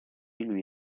lui